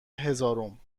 هزارم